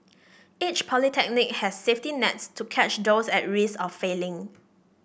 each polytechnic has safety nets to catch those at risk of failing